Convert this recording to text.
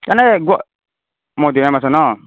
এনেই গুৱা মধুৰিআম আছে ন